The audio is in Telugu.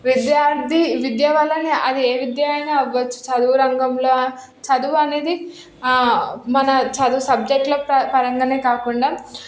విద్యార్థి విద్య వలనే అది ఏ విద్య అయినా అవ్వచ్చు చదువు రంగంలో చదువు అనేది మన సబ్జెక్టుల ప పరంగానే కాకుండా